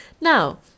Now